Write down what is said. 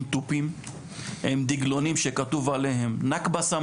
תגיד תודה שהייתה נכבה.